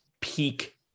peak